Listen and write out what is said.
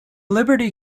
liberty